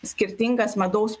skirtingas medaus